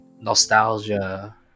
nostalgia